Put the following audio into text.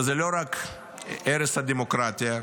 וזה לא רק הרס את הדמוקרטיה,